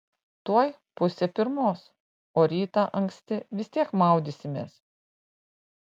tuoj pusė pirmos o rytą anksti vis tiek maudysimės